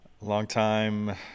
Longtime